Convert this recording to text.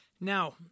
Now